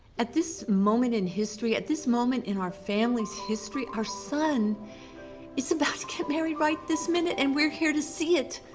at this moment in history, at this moment in our family's history, our son is about to get married right this minute and we're here to see it.